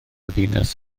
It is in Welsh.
ddinas